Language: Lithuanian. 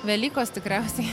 velykos tikriausiai